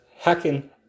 Hacking